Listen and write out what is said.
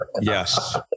yes